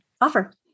offer